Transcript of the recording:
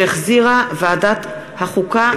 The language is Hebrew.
שהחזירה ועדת החוקה,